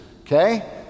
okay